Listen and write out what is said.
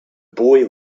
boy